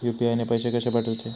UPI ने पैशे कशे पाठवूचे?